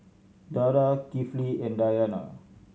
Dara Kifli and Dayana